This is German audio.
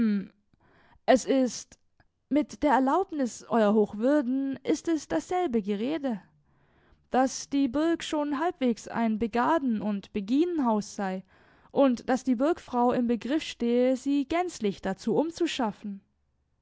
es ist mit der erlaubnis euer hochwürden ist es dasselbe gerede daß die burg schon halbwegs ein begarden und beginenhaus sei und daß die burgfrau im begriff stehe sie gänzlich dazu umzuschaffen